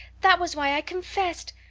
that was why i confessed.